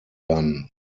dann